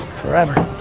forever.